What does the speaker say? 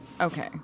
Okay